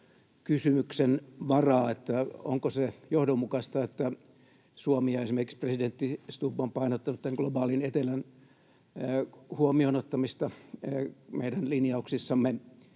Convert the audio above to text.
kysymyksen varaa, että onko se johdonmukaista, että Suomi ja esimerkiksi presidentti Stubb ovat painottaneet tämän globaalin etelän huomioon ottamista meidän linjauksissamme